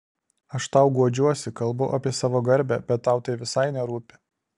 aš tau guodžiuosi kalbu apie savo garbę bet tau tai visai nerūpi